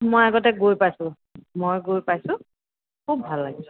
মই আগতে গৈ পাইছোঁ মই গৈ পাইছোঁ খুব ভাল লাগিছিল